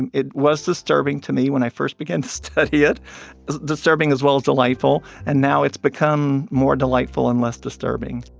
and it was disturbing to me when i first began to study it disturbing as well as delightful. and now it's become more delightful and less disturbing